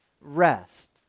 rest